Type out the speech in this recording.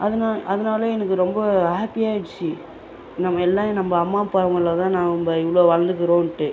அது நான் அதனால எனக்கு ரொம்ப ஹாப்பியாக ஆயிடுச்சு நம்ப எல்லா நம்ப அம்மா அப்பா இவங்களால தான் நம்ப இவ்வளோ வளர்ந்துக்குறோன்ட்டு